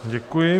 Děkuji.